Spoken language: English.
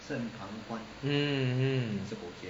mm mm